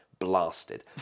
Blasted